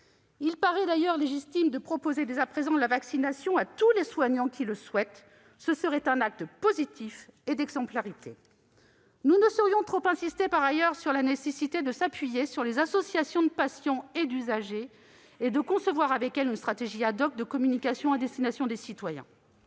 Il paraît d'ailleurs légitime de proposer dès à présent la vaccination à tous les soignants qui le souhaitent. Ce serait un acte positif d'exemplarité. Par ailleurs, nous ne saurions trop insister sur la nécessité de s'appuyer sur les associations de patients et d'usagers et de concevoir avec elles une stratégie de communication à destination des citoyens.